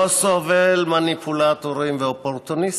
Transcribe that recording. / לא סובל מניפולטורים ואופורטוניסטים.